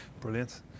Brilliant